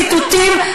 הבאתי ציטוטים,